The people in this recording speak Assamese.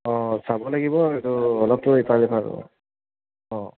অঁ চাব লাগিব এইটো অলপটো ইফাল সিফাল অঁ